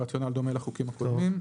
הרציונל דומה לחוקים הקודמים.